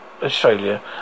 Australia